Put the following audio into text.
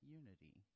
unity